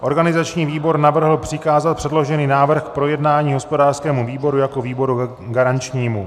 Organizační výbor navrhl přikázat předložený návrh k projednání hospodářskému výboru jako výboru garančnímu.